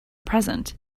present